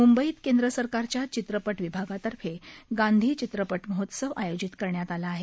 मुंबईत केंद्र सरकारच्या चित्रपटविभागातर्फे गांधी चित्रपट महोत्सव आयोजित करण्यात आला आहे